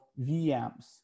VMs